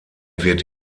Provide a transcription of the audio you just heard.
wird